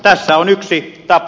tässä on yksi tapa